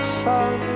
sun